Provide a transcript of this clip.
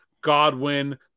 Godwin